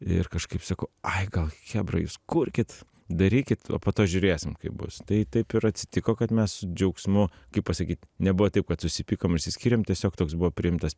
ir kažkaip sakau ai gal chebra jūs kurkit darykit o po to žiūrėsim kaip bus tai taip ir atsitiko kad mes su džiaugsmu kaip pasakyt nebuvo taip kad susipykom išsiskyrėm tiesiog toks buvo priimtas